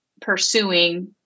pursuing